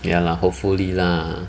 ya lah hopefully lah